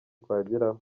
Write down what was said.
twageraho